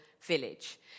village